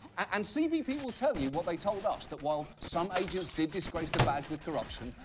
and cbp will tell you what they told us, that while some agents did disgrace the badge with corruption,